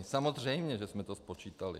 Samozřejmě že jsme to spočítali.